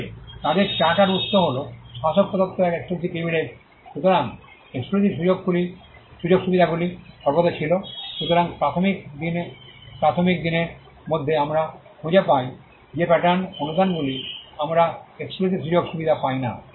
তবে তাদের চার্টার উত্স হল শাসক প্রদত্ত এক এক্সক্লুসিভ প্রিভিলেজ সুতরাং এক্সক্লুসিভ সুযোগ সুবিধাগুলি সর্বদা ছিল সুতরাং প্রাথমিক দিনের মধ্যে আমরা খুঁজে পাই যে প্যাটার্ন অনুদানগুলি আমরা এক্সক্লুসিভ সুযোগ সুবিধা পাই না